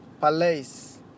palace